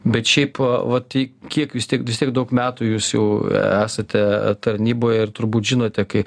bet šiaip vat ti kiek vis tiek vis tiek daug metų jūs jau esate tarnyboj ir turbūt žinote kai